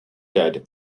dead